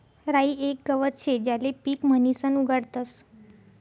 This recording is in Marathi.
राई येक गवत शे ज्याले पीक म्हणीसन उगाडतस